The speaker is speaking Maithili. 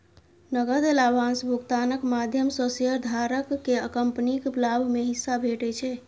नकद लाभांश भुगतानक माध्यम सं शेयरधारक कें कंपनीक लाभ मे हिस्सा भेटै छै